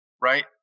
Right